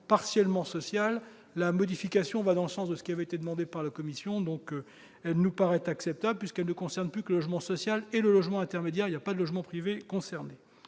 partiellement social, la modification va dans le sens de ce qui avait été demandé par la commission. Elle nous paraît donc acceptable, puisque ne sont plus visés que le logement social et le logement intermédiaire, et non le logement privé.